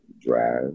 drive